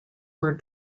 were